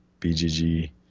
bgg